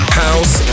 house